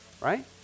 right